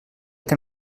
que